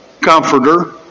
comforter